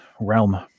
realm